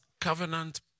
covenant